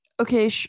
Okay